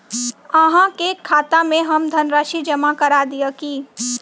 अहाँ के खाता में हम धनराशि जमा करा दिअ की?